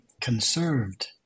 conserved